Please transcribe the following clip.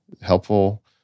helpful